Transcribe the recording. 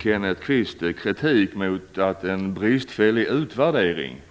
Kenneth Kvists kritik mot en bristfällig utvärdering